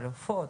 על עופות,